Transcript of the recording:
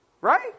Right